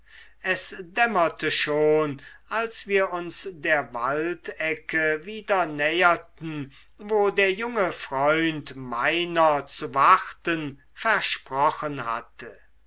es dämmerte schon als wir uns der waldecke wieder näherten wo der junge freund meiner zu warten versprochen hatte